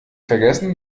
vergessen